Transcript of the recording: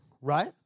right